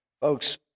Folks